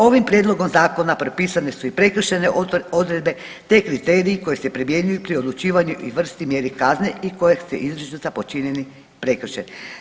Ovim prijedlogom zakona propisane su i prekršajne odredbe, te kriteriji koji se primjenjuju pri odlučivanju i vrsti i mjeri kazne i kojeg su… [[Govornik se ne razumije]] počinjen prekršaj.